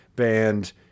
band